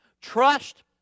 Trust